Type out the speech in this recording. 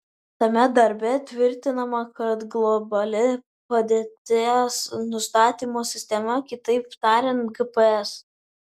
tame darbe tvirtinama kad globali padėties nustatymo sistema kitaip tariant gps